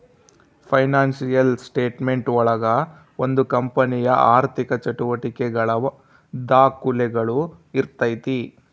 financial statement ಒಳಗ ಒಂದು ಕಂಪನಿಯ ಆರ್ಥಿಕ ಚಟುವಟಿಕೆಗಳ ದಾಖುಲುಗಳು ಇರ್ತೈತಿ